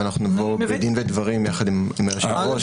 אנחנו בדין ודברים עם אנשים פה.